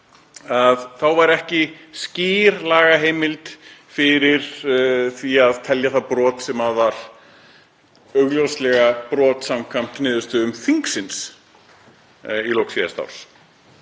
væri ekki skýr lagaheimild fyrir því að telja það brot sem var augljóslega brot samkvæmt niðurstöðum þingsins í lok síðasta árs.